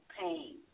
pain